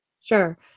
Sure